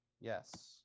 Yes